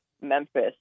Memphis